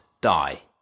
die